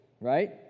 right